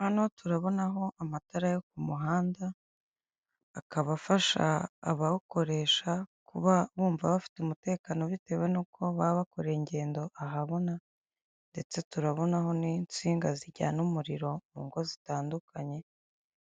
Hano turabonaho amatara yo ku muhanda akaba afasha abawukoresha kuba bumva bafite umutekano bitewe n'uko baba bakoreye ingendo ahabona ndetse turabonaho n'insinga zijyana umuriro mu ngo zitandukanye,